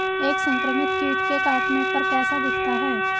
एक संक्रमित कीट के काटने पर कैसा दिखता है?